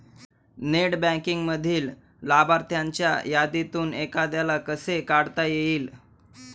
Net बँकिंगमधील लाभार्थ्यांच्या यादीतून एखाद्याला कसे काढता येईल?